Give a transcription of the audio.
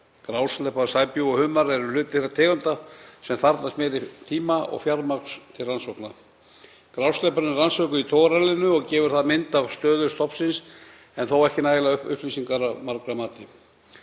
Grásleppa, sæbjúgu og humar eru hluti þeirra tegunda sem þarfnast meiri tíma og fjármagns til rannsókna. Grásleppan er rannsökuð í togararallinu sem gefur mynd af stöðu stofnsins en þó ekki nægilegar upplýsingar að margra mati.